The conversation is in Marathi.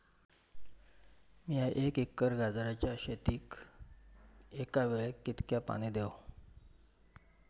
मीया एक एकर गाजराच्या शेतीक एका वेळेक कितक्या पाणी देव?